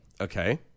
okay